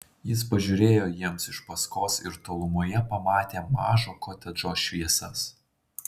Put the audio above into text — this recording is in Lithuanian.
jis pažiūrėjo jiems iš paskos ir tolumoje pamatė mažo kotedžo šviesas